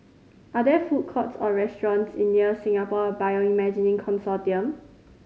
are there food courts or restaurants near Singapore Bioimaging Consortium